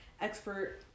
expert